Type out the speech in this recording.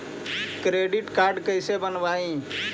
Credit card कैसे बनवाई?